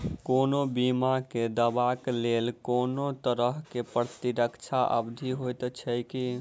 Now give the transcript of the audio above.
कोनो बीमा केँ दावाक लेल कोनों तरहक प्रतीक्षा अवधि होइत छैक की?